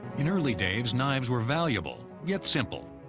in early days, knives were valuable, yet simple.